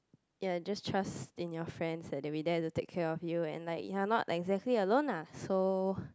ya just trusts in your friends that they'll be there to take of you and like ya not like you are exactly alone lah so